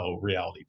reality